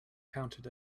counted